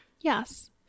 Yes